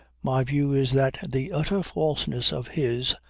my view is that the utter falseness of his,